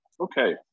Okay